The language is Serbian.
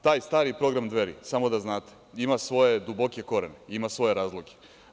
Taj stari program Dveri, samo da znate, ima svoje duboke korene, ima svoje razloge.